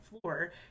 floor